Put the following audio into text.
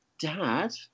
Dad